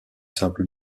simple